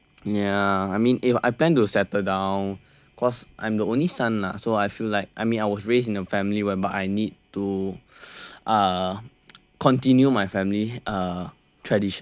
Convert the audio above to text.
ya I mean if I plan to settle down cause I'm the only son lah so I feel like I mean I was raised in a family whereby I need to uh continue my family uh traditions